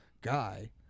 guy